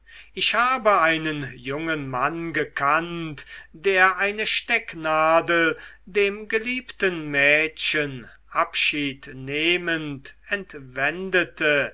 ich habe einen jungen mann gekannt der eine stecknadel dem geliebten mädchen abschied nehmend entwendete